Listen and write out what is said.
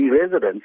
residents